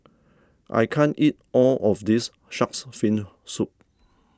I can't eat all of this Shark's Fin Soup